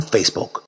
Facebook